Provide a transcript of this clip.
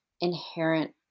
inherent